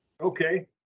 Okay